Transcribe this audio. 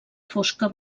fosca